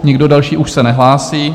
Nikdo další už se nehlásí.